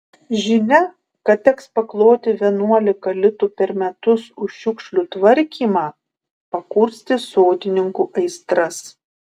žinia kad teks pakloti vienuolika litų per metus už šiukšlių tvarkymą pakurstė sodininkų aistras